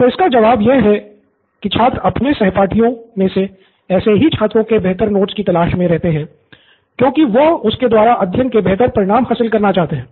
तो इसका जवाब यह हैं कि छात्र अपने सहपाठियों मे से ऐसे ही छात्रों के बेहतर नोट्स कि तलाश मे रहते हैं क्योंकि वो उसके द्वारा अध्ययन के बेहतर परिणाम हासिल करना चाहते है